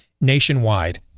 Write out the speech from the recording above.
Nationwide